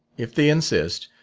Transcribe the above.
if they insist,